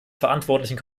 verantwortlichen